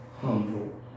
humble